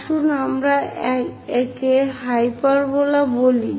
আসুন আমরা একে হাইপারবোলা বলি